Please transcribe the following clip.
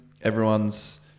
everyone's